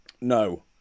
No